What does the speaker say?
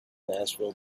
nashville